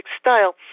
style